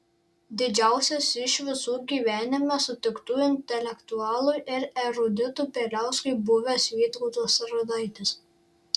didžiausias iš visų gyvenime sutiktų intelektualų ir eruditų bieliauskui buvęs vytautas radaitis